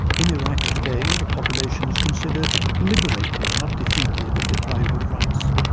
in iraq today the population is considered liberated, not defeated and deprived of rights.